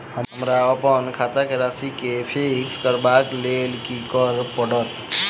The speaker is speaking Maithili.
हमरा अप्पन खाता केँ राशि कऽ फिक्स करबाक लेल की करऽ पड़त?